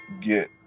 get